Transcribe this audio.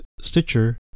Stitcher